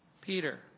Peter